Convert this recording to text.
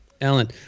alan